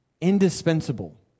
Indispensable